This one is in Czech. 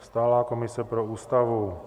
Stálá komise pro Ústavu.